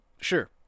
Sure